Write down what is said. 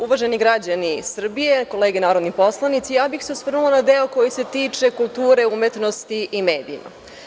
Uvaženi građani Srbije, kolege narodni poslanici, ja bih se osvrnula prvo na deo koji se tiče kulture, umetnosti i medijima.